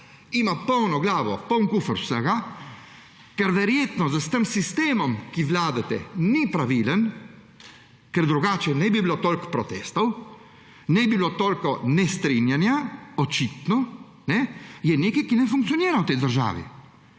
narod ima poln kufer vsega, ker verjetno s tem sistemom, s katerim vladate, ki ni pravilen, ker drugače ne bi bilo toliko protestov, ne bi bilo toliko nestrinjanja. Očitno je nekaj, kar ne funkcionira v tej državi.